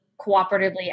cooperatively